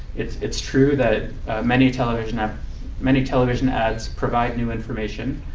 it's it's true that many television ah many television ads provide new information.